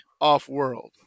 off-world